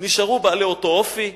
נשארו בעלי אותו אופי,